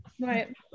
Right